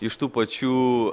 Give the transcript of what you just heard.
iš tų pačių